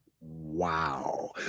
wow